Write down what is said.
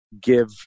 give